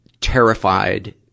terrified